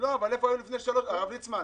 במשך שנתיים?